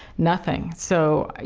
nothing. so,